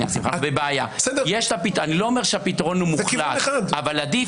אני לא אומר שהפתרון הוא מוחלט אבל עדיף